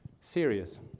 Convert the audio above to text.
serious